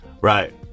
Right